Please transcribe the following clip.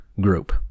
group